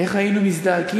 איך היינו מזדעקים,